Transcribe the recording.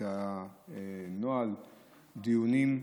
את נוהל הדיונים,